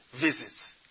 visits